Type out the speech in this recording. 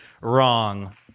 Wrong